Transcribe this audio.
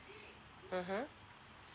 (uh huh)